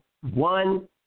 one